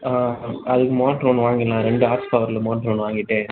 ஆ அதுக்கு அதுக்கு மோட்டர் ஒன்று வாங்கிடலாம் ரெண்டு ஹார்ஸ் பவரில் மோட்டர் ஒன்று வாங்கிட்டு